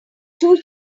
two